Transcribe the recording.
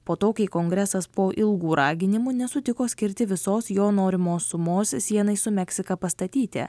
po to kai kongresas po ilgų raginimų nesutiko skirti visos jo norimos sumos sienai su meksika pastatyti